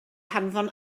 hanfon